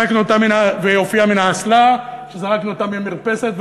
והיא הופיעה מן האסלה כשזרקנו אותה ממרפסת,